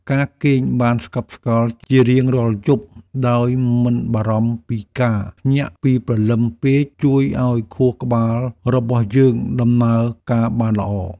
ការគេងបានស្កប់ស្កល់ជារៀងរាល់យប់ដោយមិនបារម្ភពីការភ្ញាក់ពីព្រលឹមពេក ជួយឱ្យខួរក្បាលរបស់យើងដំណើរការបានល្អ។